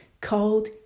called